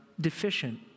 deficient